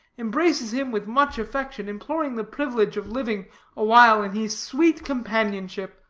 embraces him with much affection, imploring the privilege of living a while in his sweet companionship.